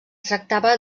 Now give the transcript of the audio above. tractava